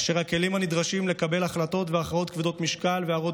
והכלים הנדרשים לקבל החלטות והכרעות כבדות משקל והרות